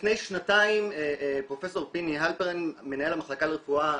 לפני שנתיים פרופ' פיני הלפרן מנהל המחלקה לרפואה